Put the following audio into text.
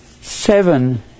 Seven